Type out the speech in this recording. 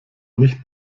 nicht